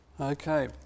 Okay